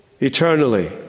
eternally